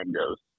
goes